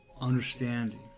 understanding